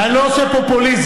ואני לא עושה פופוליזם.